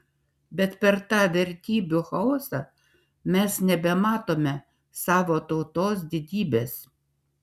bet per tą vertybių chaosą mes nebematome savo tautos didybės